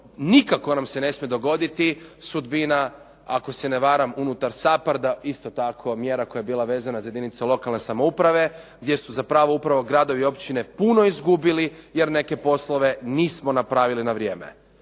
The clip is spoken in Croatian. nikako nam se ne smije dogoditi sudbina ako se ne varam unutar SAPARDA isto tako mjera koja je bila vezana za jedinice lokalne samouprave gdje su zapravo upravo gradovi i općine puno izgubili jer neke poslove nismo napravili na vrijeme.